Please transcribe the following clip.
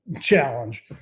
challenge